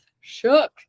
shook